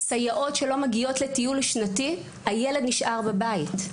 סייעות שלא מגיעות לטיול שנתי הילד נשאר בבית.